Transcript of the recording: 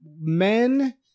men